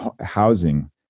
housing